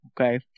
okay